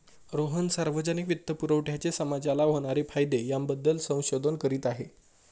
रोहन सार्वजनिक वित्तपुरवठ्याचे समाजाला होणारे फायदे याबद्दल संशोधन करीत आहे